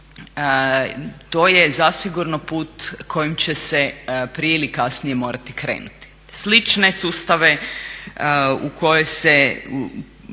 to je zasigurno put kojim će se prije ili kasnije morati krenuti. Slične sustave u koje se